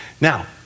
Now